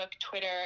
Twitter